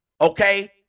Okay